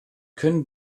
können